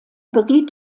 beriet